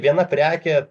viena prekė